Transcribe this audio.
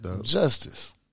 Justice